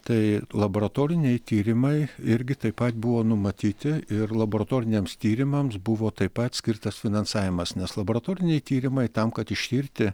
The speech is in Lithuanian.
tai laboratoriniai tyrimai irgi taip pat buvo numatyti ir laboratoriniams tyrimams buvo taip pat skirtas finansavimas nes laboratoriniai tyrimai tam kad ištirti